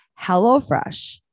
HelloFresh